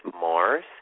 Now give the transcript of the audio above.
Mars